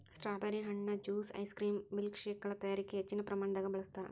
strawberry ಹಣ್ಣುನ juice ice cream ಮಿಲ್ಕ್ಶೇಕಗಳ ತಯಾರಿಕ ಹೆಚ್ಚಿನ ಪ್ರಮಾಣದಾಗ ಬಳಸ್ತಾರ್